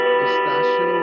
pistachio